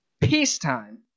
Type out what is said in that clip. peacetime